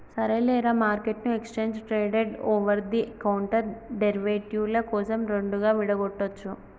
సరేలేరా, మార్కెట్ను exchange traded over the counter derivative ల కోసం రెండుగా విడగొట్టొచ్చు